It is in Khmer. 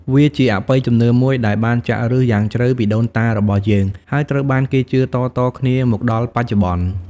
វាជាអបិយជំនឿមួយដែលបានចាក់ឫសយ៉ាងជ្រៅពីដូនតារបស់យើង ហើយត្រូវបានគេជឿតៗគ្នាមកដល់បច្ចុប្បន្ន។